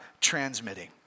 transmitting